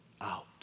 out